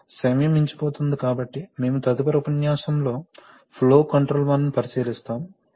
సమయం మించిపోతున్నది కాబట్టి మేము తదుపరి ఉపన్యాసంలో ఫ్లో కంట్రోల్ వాల్వ్ను పరిశీలిస్తాము